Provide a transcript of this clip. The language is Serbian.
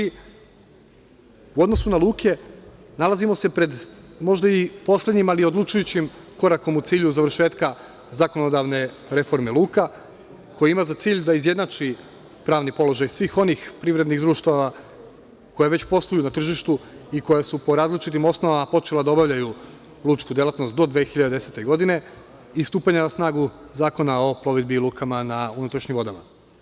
U odnosu na luke nalazimo se pred možda i poslednjim, ali odlučujućim korakom u cilju završetka zakonodavne reforme luka koji ima za cilj da izjednači pravni položaj svih onih privrednih društava koji već posluju na tržištu i koji su po različitim osnovama počela da obavljaju lučku delatnost do 2010. godine i stupanja na snagu Zakona o plovidbi i lukama na unutrašnjim vodama.